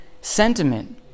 sentiment